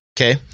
okay